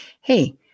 hey